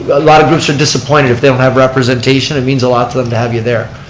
but a lot of groups are disappointed if they don't have representation, it means a lot to them to have you there.